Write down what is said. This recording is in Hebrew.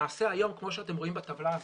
למעשה היום, כמו שאתם רואים בטבלה הזאת,